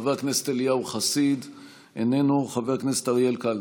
חוץ ממשכורות מורים והתחייבויות קשיחות, הכול